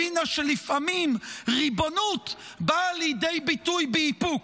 הבינה שלפעמים ריבונות באה לידי ביטוי באיפוק,